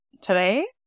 Today